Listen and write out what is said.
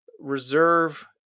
reserve